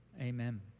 Amen